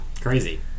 crazy